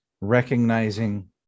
recognizing